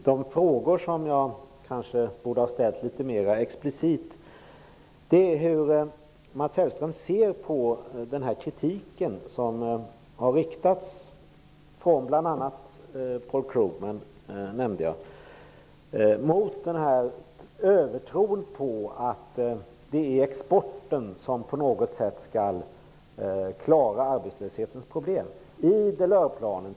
De frågor som jag kanske borde ha ställt litet mera explicit är bl.a. hur Mats Hellström ser på den kritik som har riktats mot den här övertron på att det är exporten som på något sätt skall klara problemen med arbetslösheten.